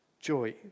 joy